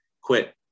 quit